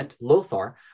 Lothar